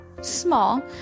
small